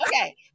Okay